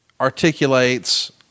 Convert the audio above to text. articulates